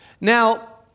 Now